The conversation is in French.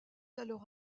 alors